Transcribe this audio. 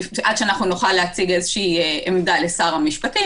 עד שנוכל להציג איזושהי עמדה לשר המשפטים,